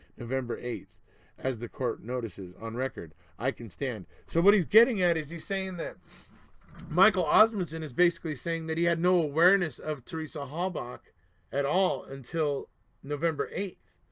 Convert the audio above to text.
november eighth as the court notices on record i can stand. so what he's getting at is, he is saying that michael osmunson is basically saying that he had no awareness of teresa halbach at all until november eighth,